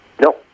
No